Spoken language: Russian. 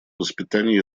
воспитание